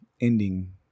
ending